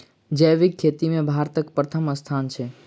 जैबिक खेती मे भारतक परथम स्थान छै